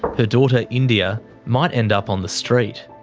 her daughter india might end up on the street.